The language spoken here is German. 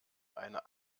eine